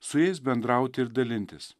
su jais bendrauti ir dalintis